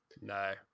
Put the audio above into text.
no